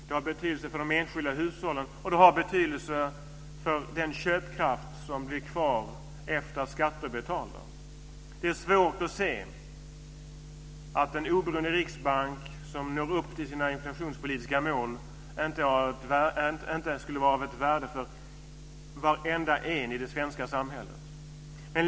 Det har betydelse för de enskilda hushållen, och det har betydelse för den köpkraft som blir kvar efter det att skatten är betald. Det är svårt att se att en oberoende riksbank som når upp till sina inflationspolitiska mål inte skulle vara av värde för alla i det svenska samhället.